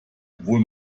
obwohl